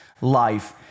life